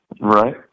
Right